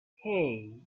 hey